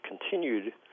continued